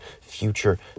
future